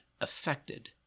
affected